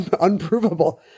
unprovable